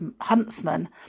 huntsman